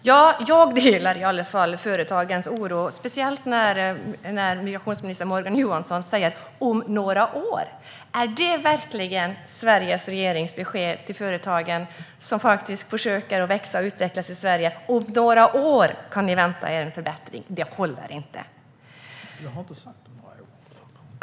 Herr talman! Jag delar i alla fall företagens oro, speciellt när migrationsminister Morgan Johansson säger att det kommer att bli bättre om några år. Är det verkligen Sveriges regerings besked till företagen som faktiskt försöker växa och utvecklas i Sverige att de om några år kan vänta sig en förbättring? Det håller inte.